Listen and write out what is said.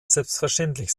selbstverständlich